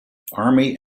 army